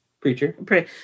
Preacher